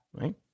right